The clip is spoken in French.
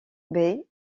bay